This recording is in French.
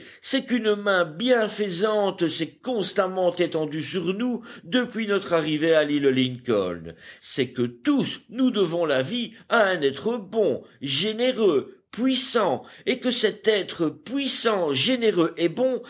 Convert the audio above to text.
c'est qu'une main bienfaisante s'est constamment étendue sur nous depuis notre arrivée à l'île lincoln c'est que tous nous devons la vie à un être bon généreux puissant et que cet être puissant généreux et bon